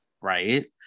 Right